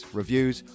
reviews